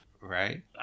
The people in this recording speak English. Right